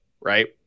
Right